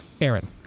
Aaron